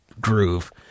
groove